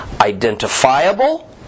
identifiable